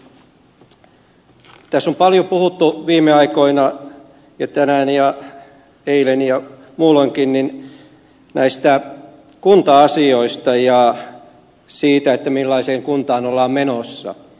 tässä on paljon puhuttu viime aikoina ja tänään ja eilen ja muulloinkin näistä kunta asioista ja siitä millaiseen kuntaan ollaan menossa